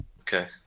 okay